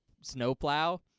snowplow